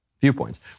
viewpoints